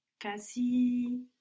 Kasi